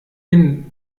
den